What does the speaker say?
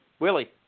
Willie